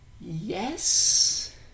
Yes